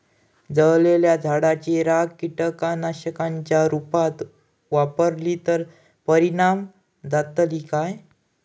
जळालेल्या झाडाची रखा कीटकनाशकांच्या रुपात वापरली तर परिणाम जातली काय?